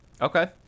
Okay